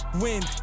Win